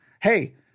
Hey